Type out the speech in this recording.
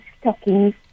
stockings